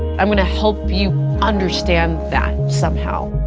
i'm gonna help you understand that, somehow.